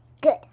Good